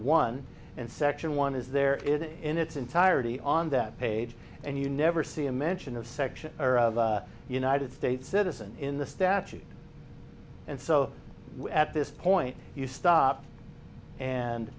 one and section one is there is in its entirety on that page and you never see a mention of section or of the united states citizen in the statute and so at this point you stop and